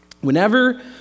whenever